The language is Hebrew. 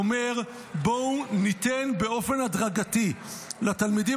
הוא אומר: בואו ניתן באופן הדרגתי לתלמידים